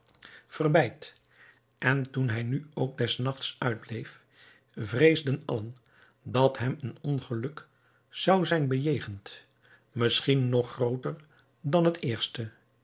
verbeid en toen hij nu ook des nachts uitbleef vreesden allen dat hem een ongeluk zou zijn bejegend misschien nog grooter dan het eerste